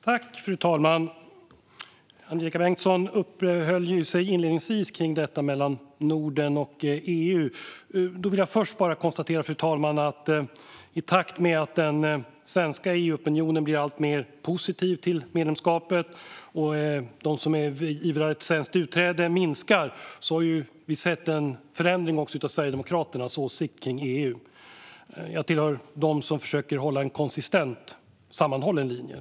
Fru talman! Angelika Bengtsson uppehöll sig inledningsvis kring Norden och EU. Först vill jag bara konstatera att vi i takt med att den svenska EU-opinionen blir alltmer positiv till medlemskapet och att de som ivrar för ett svenskt utträde minskar också har sett en förändring av Sverigedemokraternas åsikt om EU. Jag tillhör dem som försöker hålla en konsistent, sammanhållen linje.